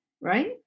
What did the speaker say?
right